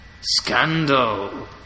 Scandal